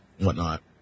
whatnot